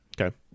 Okay